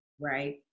Right